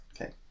Okay